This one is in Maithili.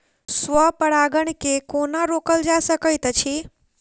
स्व परागण केँ कोना रोकल जा सकैत अछि?